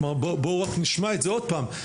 כלומר בואו רק נשמע את זה עוד פעם,